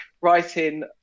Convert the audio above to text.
writing